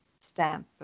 stamp